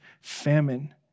famine